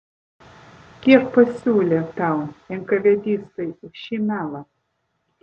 kiek pasiūlė tau enkavėdistai už šį melą